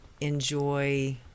enjoy